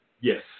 Yes